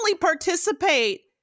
participate